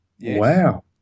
Wow